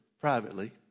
privately